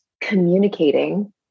communicating